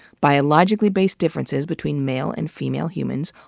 biologically based differences between male and female humans,